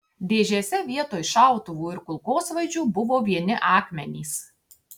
dėžėse vietoj šautuvų ir kulkosvaidžių buvo vieni akmenys